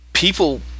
People